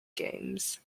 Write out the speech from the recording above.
games